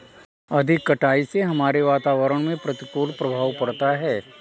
अधिक कटाई से हमारे वातावरण में प्रतिकूल प्रभाव पड़ता है